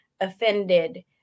offended